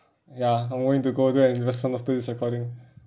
ya I'm going to go there and invest some after this recording